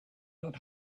not